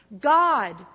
God